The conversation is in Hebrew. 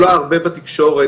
עלה הרבה בתקשורת,